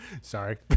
Sorry